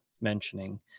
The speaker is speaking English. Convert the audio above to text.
mentioning